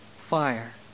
fire